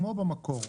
כמו במקור.